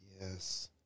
Yes